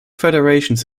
federations